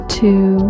two